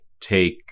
take